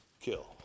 kill